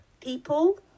people